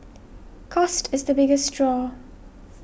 cost is the biggest draw